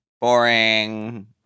Boring